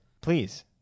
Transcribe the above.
please